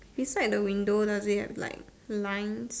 beside the window does it have like lines